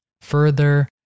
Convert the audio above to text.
further